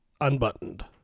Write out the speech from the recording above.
unbuttoned